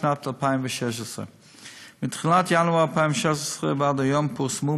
בשנת 2016. מתחילת ינואר 2016 ועד היום פורסמו